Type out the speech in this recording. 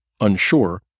unsure